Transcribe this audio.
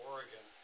Oregon